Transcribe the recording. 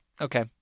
Okay